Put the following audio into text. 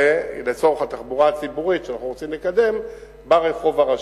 לצורך התחבורה הציבורית שאנחנו רוצים לקדם ברחוב הראשי.